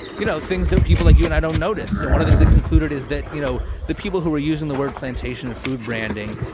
you know, things that people like you and i don't notice. and one of things they concluded is that, you know, the people who are using the word plantation and food branding,